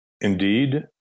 Indeed